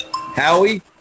Howie